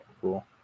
cool